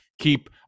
keep